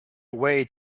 away